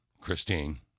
Christine